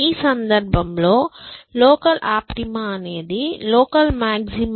ఈ సందర్భంలో local optima అనేది లోకల్ మాక్సిమా